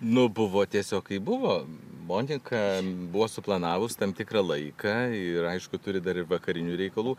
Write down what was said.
nu buvo tiesiog kaip buvo monika buvo suplanavus tam tikrą laiką ir aišku turi dar ir vakarinių reikalų